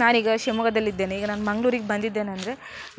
ನಾನೀಗ ಶಿವಮೊಗ್ಗದಲ್ಲಿದ್ದೇನೆ ಈಗ ನಾನು ಮಂಗ್ಳೂರಿಗೆ ಬಂದಿದ್ದೇನೆ ಅಂದರೆ